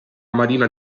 marina